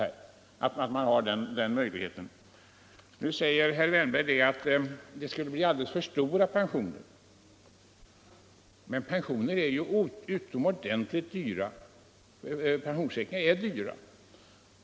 Nu anser herr Wärnberg att det skulle bli fråga om alldeles för stora pensioner. Men pensionsförsäkringar är mycket dyra.